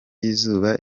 y’izuba